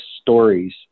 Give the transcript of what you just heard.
stories